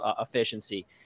efficiency